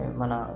mana